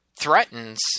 threatens